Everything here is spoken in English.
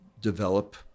develop